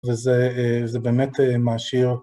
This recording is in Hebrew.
‫וזה באמת מעשיר.